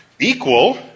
equal